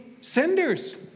senders